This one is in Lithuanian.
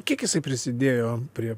kiek jisai prisidėjo prie